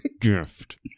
gift